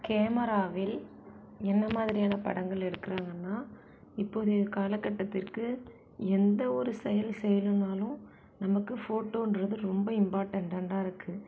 கேமராவில் என்ன மாதிரியான படங்கள் எடுக்கிறாங்கன்னா இப்போதைய காலகட்டத்திற்கு எந்த ஒரு செயல் செய்யணுன்னாலும் நமக்கு ஃபோட்டோன்றது ரொம்ப இம்பார்ட்டண்ட்டண்டாக இருக்குது